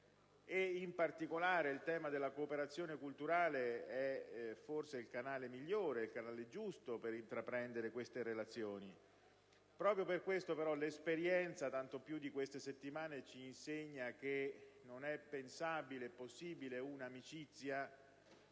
In particolare, il tema della cooperazione culturale è forse il canale migliore e più giusto per intraprendere queste relazioni. Proprio per questo, però, l'esperienza, tanto più di queste settimane, ci insegna che non è pensabile un'amicizia